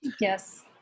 Yes